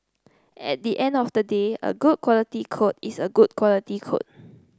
at the end of the day a good quality code is a good quality code